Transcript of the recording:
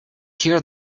here